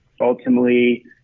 Ultimately